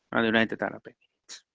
and united arab emirates.